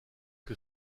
que